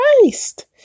Christ